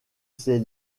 ses